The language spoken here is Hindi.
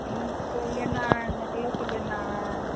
तो लेना नेकलेस लेना है